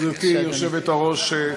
גברתי היושבת-ראש,